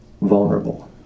vulnerable